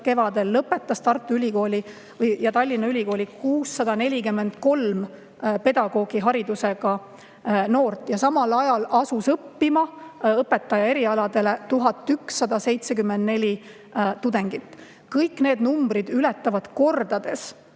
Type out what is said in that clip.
kevadel lõpetas Tartu Ülikooli ja Tallinna Ülikooli 643 pedagoogiharidusega noort ja samal ajal asus õppima õpetajaerialadele 1174 tudengit. Kõik need numbrid ületavad kordades